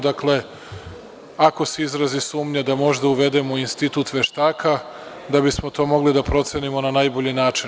Dakle, ako se izrazi sumnja da možda uvedemo u institut veštaka da bismo to mogli da procenimo na najbolji način.